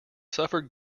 suffered